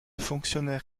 fonctionnaire